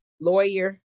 lawyer